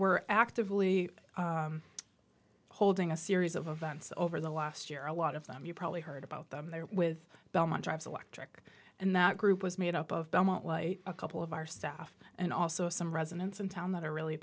were actively holding a series of events over the last year a lot of them you probably heard about them there with belmont drives electric and that group was made up of belmont light a couple of our staff and also some residents in town that are really